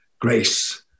grace